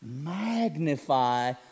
Magnify